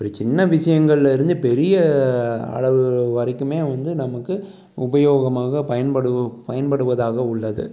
ஒரு சின்ன விஷயங்கள்லயிருந்து பெரிய அளவு வரைக்குமே வந்து நமக்கு உபயோகமாக பயன்படும் பயன்படுவதாக உள்ளது